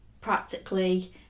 practically